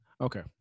Okay